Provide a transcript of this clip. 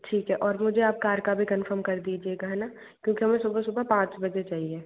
ठीक है और मुझे आप कार का भी कन्फ़ौम कर दीजिएगा है ना क्योंकि हमें सुबह सुबह पाँच बजे चाहिए